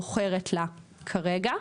בוחרת לה כרגע,